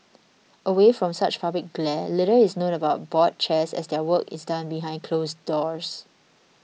away from such public glare little is known about board chairs as their work is done behind closed doors